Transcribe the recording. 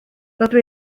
rydw